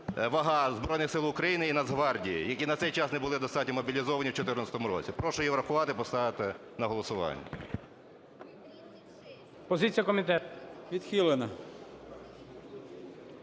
вага Збройних Сил України і Нацгвардії, які на цей час не були достатньо мобілізовані в 14-му році, – прошу її врахувати, поставити на голосування.